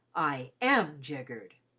i am jiggered.